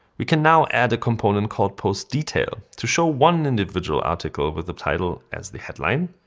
we can now add a component called post detail to show one individual article with the title as the headline,